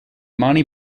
monty